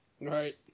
Right